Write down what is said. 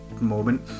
moment